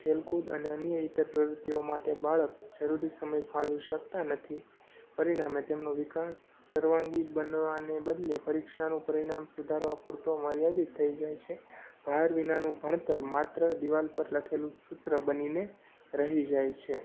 ખેલકૂદ અને અન્ય ઈત્તર પ્રવૃત્તિઓ માટે બાળક જરૂરી સમય ફાળવી શકતા નથી પરિણામે તેમનો વિકાસ સર્વાંગી બનવાને બદલે પરીક્ષાનું પરિણામ સુધરવા પૂરતો મર્યાદિત થઈ જાયે છે ભાર વિનાનું ભણતર માત્ર દીવાલ પર લખેલું સૂત્ર બનીને રહી જાય છે